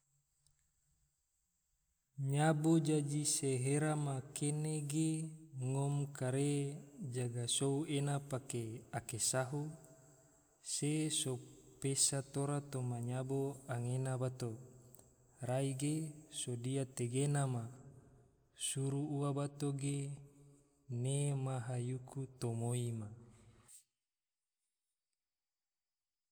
Nyabo jaji se hera ma kene ge. ngom kare jaga sou ena pake ake sahu se so pesa tora toma nyabo anggena bato, rai ge sodia tegena ma, suru ua bato ge, ne maha yuku tomoi ma